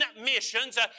missions